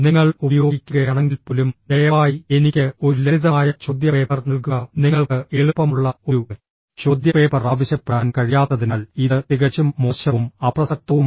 നിങ്ങൾ ഉപയോഗിക്കുകയാണെങ്കിൽപ്പോലും ദയവായി എനിക്ക് ഒരു ലളിതമായ ചോദ്യപേപ്പർ നൽകുക നിങ്ങൾക്ക് എളുപ്പമുള്ള ഒരു ചോദ്യപേപ്പർ ആവശ്യപ്പെടാൻ കഴിയാത്തതിനാൽ ഇത് തികച്ചും മോശവും അപ്രസക്തവുമാണ്